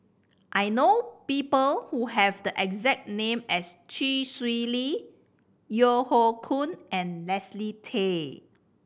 I know people who have the exact name as Chee Swee Lee Yeo Hoe Koon and Leslie Tay